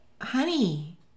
honey